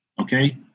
okay